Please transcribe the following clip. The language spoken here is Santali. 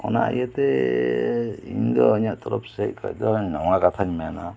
ᱚᱱᱟ ᱤᱭᱟᱹᱛᱮ ᱤᱧᱫᱚ ᱤᱧᱟᱹᱜ ᱛᱚᱨᱚᱯ ᱥᱮᱫ ᱠᱷᱚᱱ ᱫᱚ ᱱᱚᱣᱟ ᱠᱟᱛᱷᱟᱧ ᱢᱮᱱᱟ